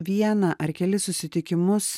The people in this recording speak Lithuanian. vieną ar kelis susitikimus